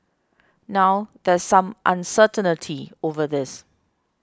now there's some uncertainty over this